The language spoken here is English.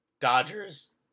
Dodgers